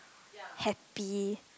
happy